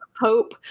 pope